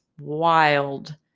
wild